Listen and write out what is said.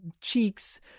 cheeks